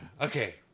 Okay